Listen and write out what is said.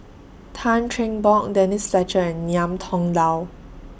Tan Cheng Bock Denise Fletcher and Ngiam Tong Dow